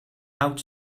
out